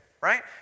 Right